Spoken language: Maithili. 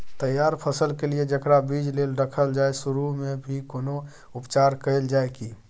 तैयार फसल के लिए जेकरा बीज लेल रखल जाय सुरू मे भी कोनो उपचार कैल जाय की?